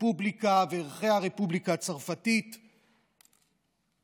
הרפובליקה וערכי הרפובליקה הצרפתית נעלמו.